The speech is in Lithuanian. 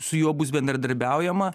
su juo bus bendradarbiaujama